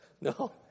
No